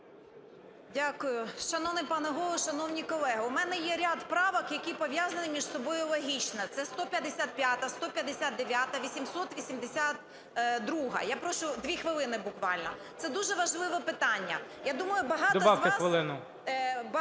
Дякую. Шановний пане Голово, шановні колеги! У мене є ряд правок, які пов'язані між собою логічно – це 155-а, 159-а, 882-а. Я прошу дві хвилини буквально, це дуже важливе питання. Я думаю,